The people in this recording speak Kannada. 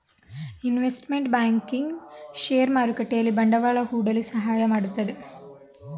ಇನ್ವೆಸ್ತ್ಮೆಂಟ್ ಬಂಕಿಂಗ್ ಶೇರ್ ಮಾರುಕಟ್ಟೆಯಲ್ಲಿ ಬಂಡವಾಳ ಹೂಡಲು ಸಹಾಯ ಮಾಡುತ್ತೆ